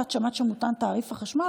את שמעת שמותן תעריף החשמל?